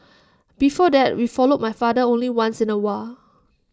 before that we followed my father only once in A while